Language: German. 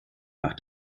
nach